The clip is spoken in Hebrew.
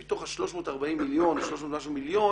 שמתוך ה-300 ומשהו מיליון